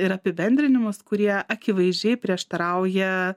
ir apibendrinimus kurie akivaizdžiai prieštarauja